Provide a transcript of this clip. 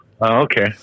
Okay